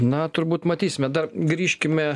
na turbūt matysime dar grįžkime